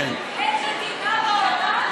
אין מדינה בעולם?